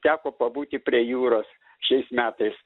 teko pabūti prie jūros šiais metais